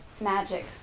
magic